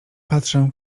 patrzę